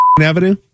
Avenue